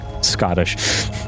Scottish